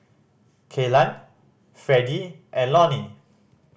Kaylan Freddie and Lonie